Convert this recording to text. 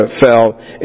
fell